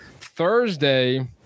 Thursday